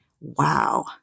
Wow